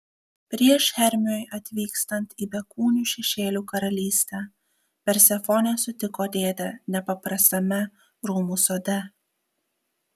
prieš hermiui atvykstant į bekūnių šešėlių karalystę persefonė sutiko dėdę nepaprastame rūmų sode